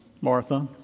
Martha